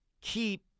keep